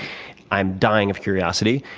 i'm dying of curiosity.